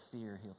fear